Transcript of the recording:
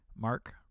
Mark